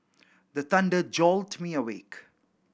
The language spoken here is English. the thunder jolt me awake